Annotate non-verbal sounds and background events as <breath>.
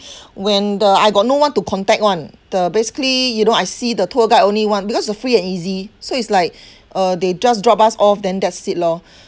<breath> when the I got no one to contact [one] the basically you know I see the tour guide only [one] because the free and easy so it's like <breath> uh they just drop us off then that's it lor <breath>